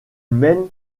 mène